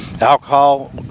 Alcohol